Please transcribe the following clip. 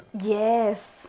yes